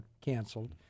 canceled